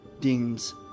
deems